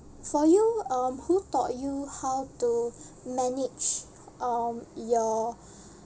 for you um who taught you how to manage um your